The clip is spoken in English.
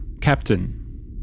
Captain